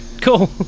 Cool